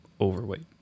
overweight